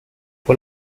fue